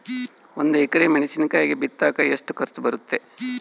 ಒಂದು ಎಕರೆ ಮೆಣಸಿನಕಾಯಿ ಬಿತ್ತಾಕ ಎಷ್ಟು ಖರ್ಚು ಬರುತ್ತೆ?